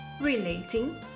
relating